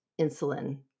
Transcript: insulin